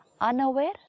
Unaware